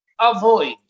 avoid